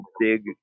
big